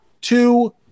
two